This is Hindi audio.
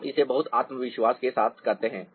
आप इसे बहुत आत्मविश्वास के साथ करते हैं